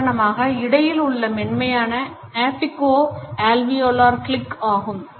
உதாரணமாக இடையில் உள்ள மென்மையான apico alveolar கிளிக் ஆகும்